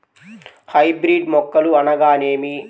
Hybrid మొక్కలు అనగానేమి?